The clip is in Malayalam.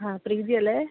ആ പ്രീതിയല്ലേ